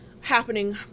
happening